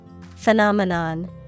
Phenomenon